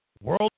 world